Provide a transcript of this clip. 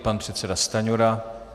Pan předseda Stanjura.